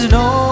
no